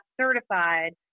certified